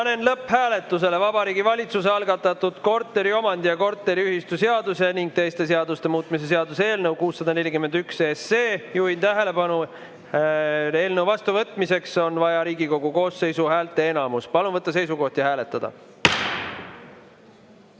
panen lõpphääletusele Vabariigi Valitsuse algatatud korteriomandi‑ ja korteriühistuseaduse ning teiste seaduste muutmise seaduse eelnõu 641. Juhin tähelepanu, et eelnõu vastuvõtmiseks on vaja Riigikogu koosseisu häälteenamust. Palun võtta seisukoht ja hääletada!